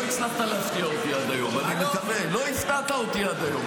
לא הצלחת להפתיע אותי עד היום.